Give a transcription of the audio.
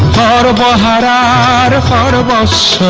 da da da da da da sort of ah